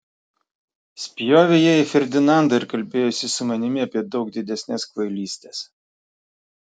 spjovė jie į ferdinandą ir kalbėjosi su manimi apie daug didesnes kvailystes